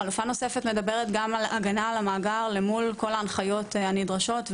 חלופה נוספת מדברת גם על הגנה על המאגר למול כל ההנחיות הנדרשות,